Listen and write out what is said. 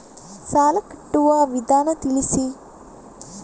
ಸಾಲ ಕಟ್ಟುವ ವಿಧಾನ ತಿಳಿಸಿ?